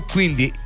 Quindi